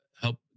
help